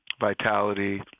vitality